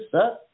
set